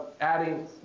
adding